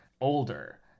older